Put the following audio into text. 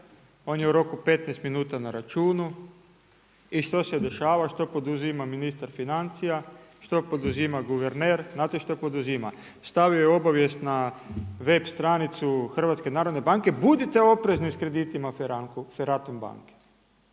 On je u roku 15 minuta na računu. I što se dešava? Što poduzima ministar financija? Što poduzima guverner? Znate što poduzima? Stavio je obavijest na web stranicu HNB-a budite oprezni sa kreditima Feratum banke,